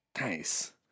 Nice